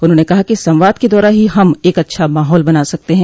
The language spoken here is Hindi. उन्होंने कहा कि संवाद के द्वारा ही हम एक अच्छा माहौल बना सकते हैं